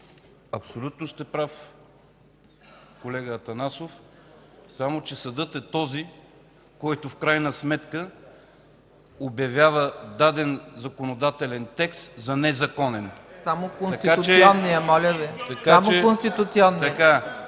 Абсолютно сте прав, колега Атанасов, само че съдът е този, който в крайна сметка обявява даден законодателен текст за незаконен. СТАНИСЛАВ ИВАНОВ